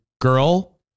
girl